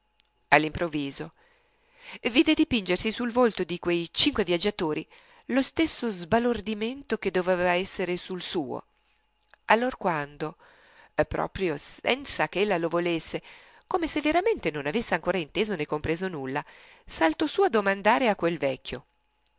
che all'improvviso vide dipingersi sul volto di quei cinque viaggiatori lo stesso sbalordimento che doveva esser sul suo allorquando proprio senza che ella lo volesse come se veramente non avesse ancora inteso né compreso nulla saltò su a domandare a quel vecchio